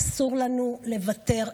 אסור לנו לוותר.